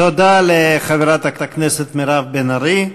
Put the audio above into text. תודה לחברת הכנסת מירב בן ארי.